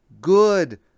good